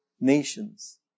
nations